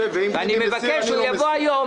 אני מבקש שהוא יבוא היום.